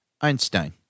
Einstein